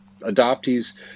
adoptees